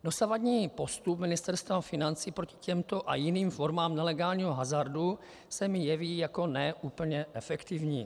Dosavadní postup Ministerstva financí proti těmto a jiným formám nelegálního hazardu se mi jeví jako ne úplně efektivní.